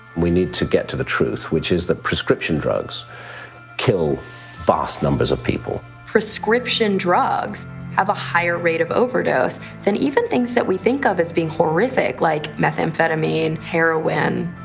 we need to get to the truth which is that prescription drugs kill vast numbers of people. prescription drugs have a higher rate of overdose than even things we think of as being horrific like methamphetamine, heroin.